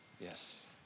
Yes